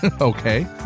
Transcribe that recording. Okay